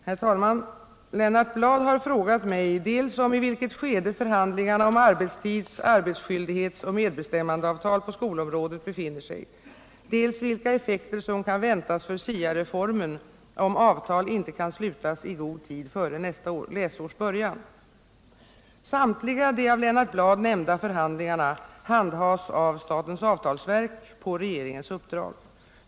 Herr talman! Lennart Bladh har frågat mig dels om i vilket skede förhandlingarna om arbetstids-, arbetsskyldighetsoch medbestämmandeavtal på skolområdet befinner sig, dels om vilka effekter som kan väntas för SIA-reformen om avtal inte kan slutas i god tid före nästa läsårs början. Samtliga de av Lennart Bladh nämnda förhandlingarna handhas av statens avtalsverk på regeringens uppdrag.